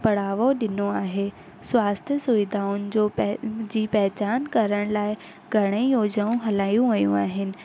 बढ़ावो ॾिनो आहे स्वास्थ्य सुविधाउनि जो पंहिंजी पहचान करण लाइ घणई योजनाऊं हलायूं वयूं आहिनि